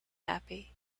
happy